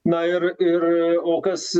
na ir ir o kas